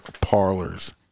parlors